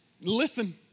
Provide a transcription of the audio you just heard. Listen